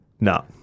No